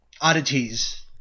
oddities